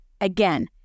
Again